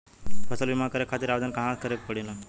फसल बीमा करे खातिर आवेदन कहाँसे करे के पड़ेला?